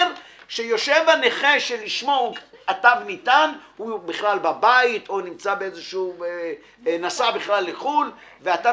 הנכה שלשמו התו ניתן הוא בבית או נסע בכלל לחו"ל ואתה